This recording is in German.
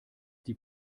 die